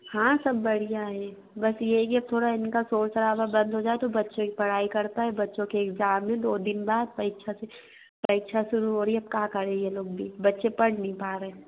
हाँ सब बढ़िया है बस यही है थोड़ा इनका शोर शराबा बंद हो जाए तो बच्चे पढ़ाई कर पाए बच्चों के इग्ज़ाम है दो दिन बाद परीक्षा परीक्षा शुरू हो रही है अब क्या करे ये लोग भी बच्चे पढ़ नहीं पा रहे